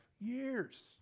years